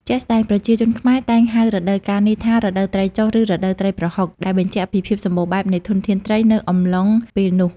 ជាក់ស្តែង ប្រជាជនខ្មែរតែងហៅរដូវកាលនេះថា រដូវត្រីចុះ ឬ រដូវត្រីប្រហុក ដែលបញ្ជាក់ពីភាពសម្បូរបែបនៃធនធានត្រីនៅកំឡុងពេលនោះ។